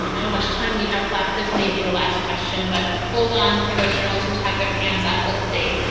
um how much time we have left, this may be the last question. but hold on for those journalists who've had their hands up. let's see.